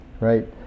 right